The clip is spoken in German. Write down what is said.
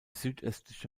südöstliche